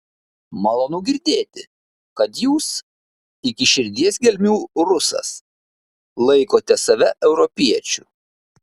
malonu girdėti kad jūs iki širdies gelmių rusas laikote save europiečiu